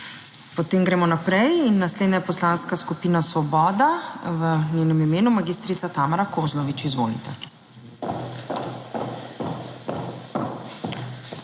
Potem gremo naprej in naslednja Poslanska skupina Svoboda, v njenem imenu magistrica Tamara Kozlovič, izvolite.